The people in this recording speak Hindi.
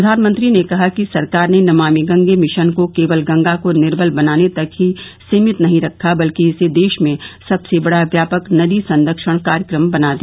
प्रधानमंत्री ने कहा कि सरकार ने नमामि गंगे मिशन को केवल गंगा को निर्मल बनाने तक ही सीमित नहीं रखा बल्कि इसे देश में सबसे बड़ा व्यापक नदी संरक्षण कार्यक्रम बना दिया